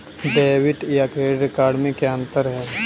Debit या credit card में क्या अन्तर है?